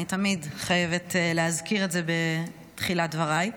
אני תמיד חייבת להזכיר את זה בתחילת דבריי.